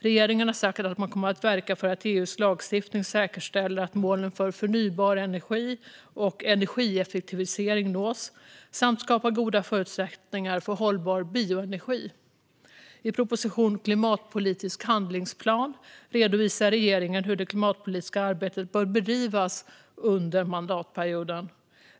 Regeringen har sagt att man kommer att verka för att EU:s lagstiftning säkerställer att målen för förnybar energi och energieffektivisering nås samt skapar goda förutsättningar för hållbar bioenergi. I propositionen om en klimatpolitisk handlingsplan redovisar regeringen hur det klimatpolitiska arbetet bör bedrivas under mandatperioden.